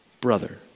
brother